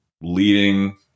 leading